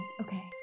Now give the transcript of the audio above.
okay